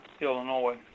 Illinois